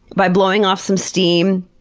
by blowing off some steam,